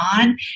on